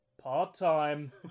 part-time